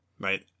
right